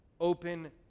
open